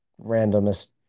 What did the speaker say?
randomest